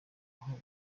aho